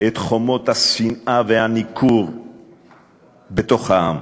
את חומות השנאה והניכור בתוך העם.